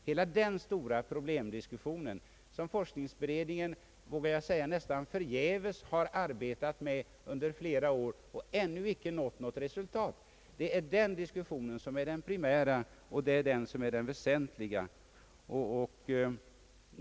Hela den stora problemdiskussionen, som forskningsberedningen, vågar jag säga, nästan förgäves har arbetat med under flera år, har ännu inte nått något resultat. Det är den diskussionen som är den primära och väsentliga.